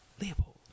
Leopold